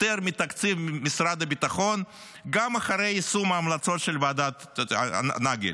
יותר מתקציב משרד הביטחון גם אחרי יישום המלצות ועדת נגל.